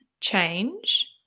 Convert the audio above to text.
change